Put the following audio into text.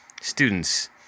students